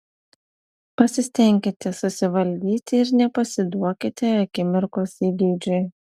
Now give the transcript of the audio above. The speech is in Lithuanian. pasistenkite susivaldyti ir nepasiduokite akimirkos įgeidžiui